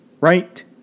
Right